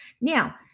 Now